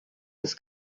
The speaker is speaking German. des